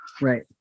Right